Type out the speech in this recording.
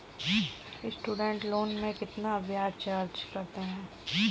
Student loan में कितना ब्याज चार्ज करते हैं?